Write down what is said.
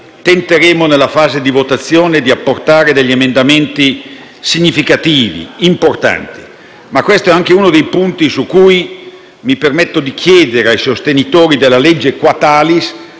tenteremo nella fase di votazione di apportare emendamenti significativi e importanti. Ma questo è anche uno dei punti su cui mi permetto di chiedere ai sostenitori della legge *qua talis*,